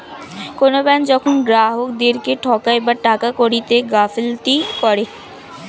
কোনো ব্যাঙ্ক যখন গ্রাহকদেরকে ঠকায় বা টাকা কড়িতে গাফিলতি করে